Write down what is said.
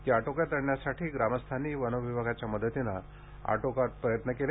ती आटोक्यात आणण्यासाठी ग्रामस्थांनी वनविभागाच्या मदतीने आटोकाट प्रयत्न केले